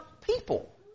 people